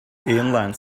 inline